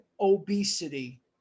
obesity